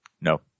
No